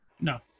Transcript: No